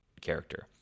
character